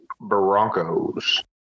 Broncos